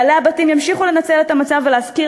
בעלי הבתים ימשיכו לנצל את המצב ולהשכיר